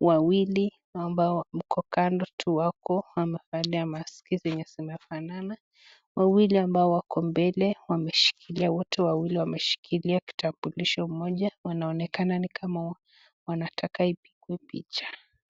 Wawili wamevalia ambao wako kando tu wamevalia maski zenye zinafanana. Wawili ambao wako mbele wote wawili wameshikilia kitambulisho moja wanaonekana wanataka ipigwe picha.